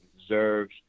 deserves